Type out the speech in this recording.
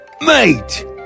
Mate